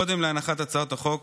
קודם להנחת הצעת החוק,